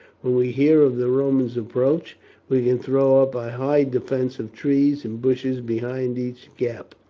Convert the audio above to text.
when we hear of the romans' approach we can throw up a high defence of trees and bushes behind each gap.